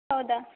ಹೌದಾ